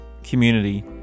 Community